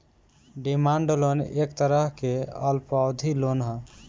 demand loan एक तरह के अल्पावधि लोन ह